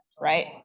right